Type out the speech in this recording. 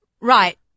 Right